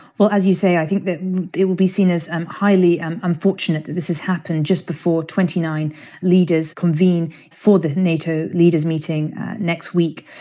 well, as you say, i think that it will be seen as and highly and unfortunate that this has happened just before twenty nine leaders convene for the nato leaders meeting next week.